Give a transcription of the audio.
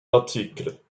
articles